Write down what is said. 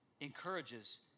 encourages